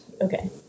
Okay